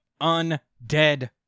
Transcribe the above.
Undead